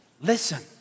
listen